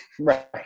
Right